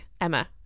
Emma